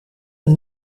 een